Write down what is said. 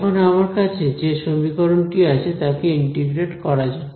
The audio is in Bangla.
এখন আমার কাছে যে সমীকরণটি আছে তাকে ইন্টিগ্রেট করা যাক